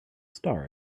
star